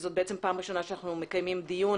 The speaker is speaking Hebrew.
וזאת בעצם פעם ראשונה שאנחנו מקיימים דיון